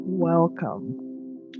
Welcome